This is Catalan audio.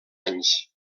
anys